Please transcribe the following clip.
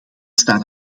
staan